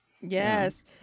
Yes